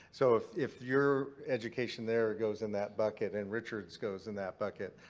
so if if you're education there goes in that bucket and richard's goes in that bucket,